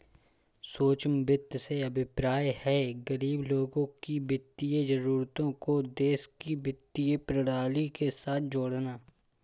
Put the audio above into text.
सूक्ष्म वित्त से अभिप्राय है, गरीब लोगों की वित्तीय जरूरतों को देश की वित्तीय प्रणाली के साथ जोड़ना